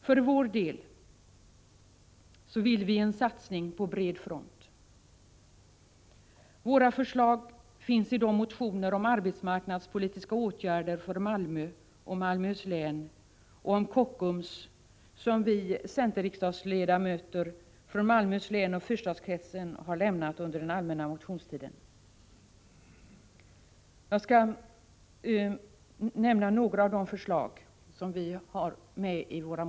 För vår del vill vi göra en satsning på bred front. Våra förslag återfinns i de motioner om arbetsmarknadspolitiska åtgärder i Malmö och Malmöhus län och beträffande Kockums som vi centerriksdagsledamöter från Malmöhus län och fyrstadskretsen har avlämnat under den allmänna motionstiden. Jag skall nämna några av våra motionsförslag.